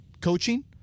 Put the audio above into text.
coaching